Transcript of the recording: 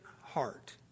heart